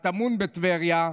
הטמון בטבריה,